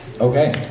Okay